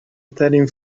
ترین